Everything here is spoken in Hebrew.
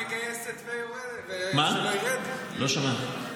לא שמעתי.